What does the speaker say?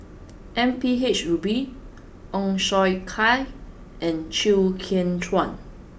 M P H Rubin Ong Siong Kai and Chew Kheng Chuan